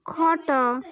ଖଟ